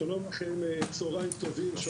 שלום לכם, צוהריים טובים.